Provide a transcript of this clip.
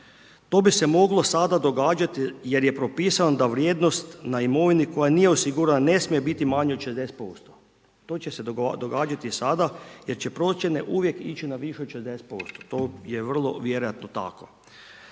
To bi se moglo sada događati jer je propisano da vrijednost na imovini koja nije osigurana ne smije biti manja od 60%. To će se događati sada jer će procjene ići uvijek na više od 60%, to je vrlo vjerojatno tako.